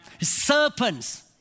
serpents